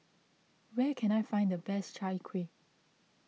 where can I find the best Chai Kuih